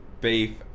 beef